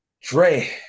Dre